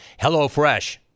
HelloFresh